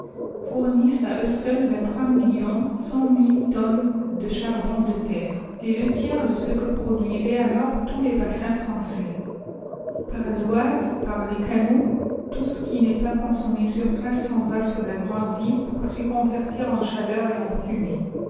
fournissent à eux seuls millions too ooo tonnes de charbon de terre les deux tiers de ce que produisaient alors tous les bassins français par l'oise par les canaux tout ce qui n'est pas consommé sur place s'en va sur la grand'ville pour s'y convertir en chaleur et en fumée